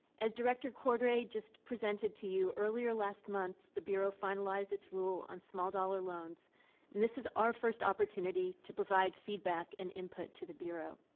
as director cordray just presented to you, earlier last month, the bureau finalized its rule on small-dollar loans, and this is our first opportunity to provide feedback and input to the bureau.